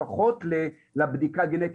לפחות לבדיקה הגנטית,